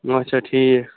آچھا ٹھیٖک